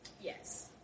Yes